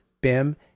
BIM